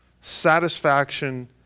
satisfaction